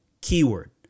keyword